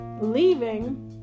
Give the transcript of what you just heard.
leaving